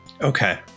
Okay